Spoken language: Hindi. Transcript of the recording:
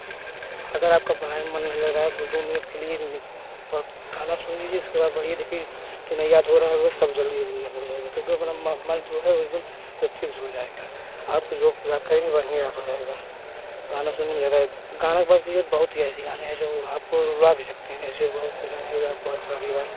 अगर आपका पढ़ाई मन नहीं लग रहा है तो दो मिनट के लिए गाना सुन लीजिए उसके बाद पढ़िए देखिए तुने याद हो रहा है वह सब जल्दी जल्दी याद हो जाएगा क्योंकि मेरा मन जो है वह एक दम जाएगा आपको जो बात करेंगे बढ़िया याद हो जाएगा गाना सुनने में ज़्यादा गान के बाद के युद्ध बहुत ही हँसी गाना है जो आपको रुला भी सकते हैं ऐसे बहुत से गाने जो आपको अच्छा लगेगा